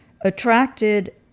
attracted